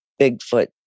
Bigfoot